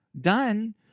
Done